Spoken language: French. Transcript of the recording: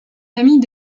famille